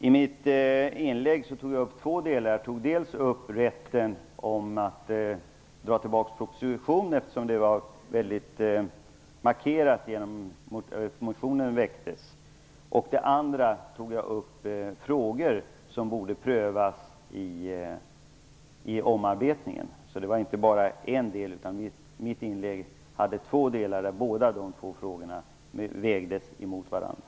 I mitt inlägg tog jag upp två delar: dels rätten att dra tillbaka propositionen, eftersom det hela var väldigt markerat i och med att motion väckts, dels frågor som borde prövas när det gäller omarbetningen. Inlägget bestod alltså av två delar, och båda frågorna vägdes mot varandra.